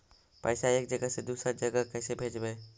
पैसा एक जगह से दुसरे जगह कैसे भेजवय?